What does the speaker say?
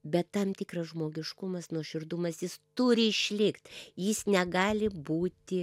bet tam tikras žmogiškumas nuoširdumas jis turi išlikt jis negali būti